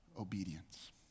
obedience